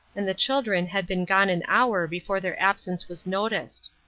and the children had been gone an hour before their absence was noticed.